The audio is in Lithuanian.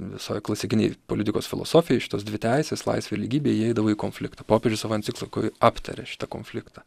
visoj klasikinėj politikos filosofijoj šitos dvi teisės laisvė ir lygybė įeidavo į konfliktą popiežius savo enciklikoj aptarė šitą konfliktą